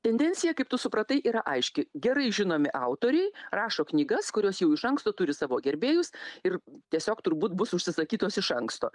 tendencija kaip tu supratai yra aiški gerai žinomi autoriai rašo knygas kurios jau iš anksto turi savo gerbėjus ir tiesiog turbūt bus užsisakytos iš anksto